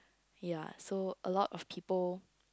ya so a lot of people